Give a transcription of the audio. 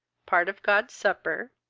part of god's supper,